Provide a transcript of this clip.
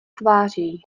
tváří